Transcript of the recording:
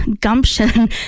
gumption